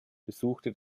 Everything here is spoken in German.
besuchte